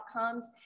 outcomes